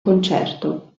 concerto